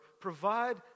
provide